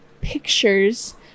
pictures